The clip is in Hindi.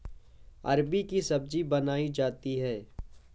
अरबी की सब्जी बनायीं जाती है